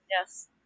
Yes